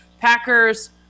Packers